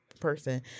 person